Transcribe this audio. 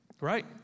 Right